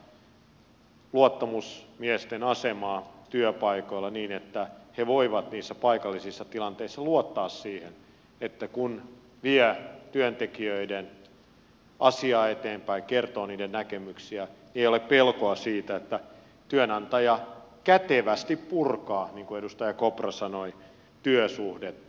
tämä vain vahvistaa luottamusmiesten asemaa työpaikoilla niin että he voivat niissä paikallisissa tilanteissa luottaa siihen että kun vie työntekijöiden asiaa eteenpäin kertoo heidän näkemyksiään ei ole pelkoa siitä että työnantaja kätevästi purkaa niin kuin edustaja kopra sanoi työsuhdetta